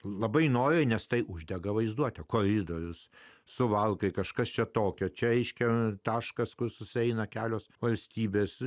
labai noriai nes tai uždega vaizduotę koridorius suvalkai kažkas čia tokio čia reiškia taškas kur susieina kelios valstybės